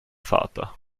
vater